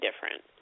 different